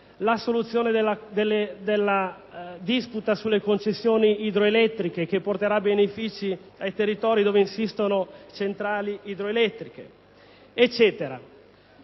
la soluzione della disputa sulle concessioni idroelettriche, che porterà benefici ai territori in cui insistono centrali idroelettriche.